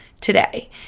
today